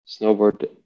snowboard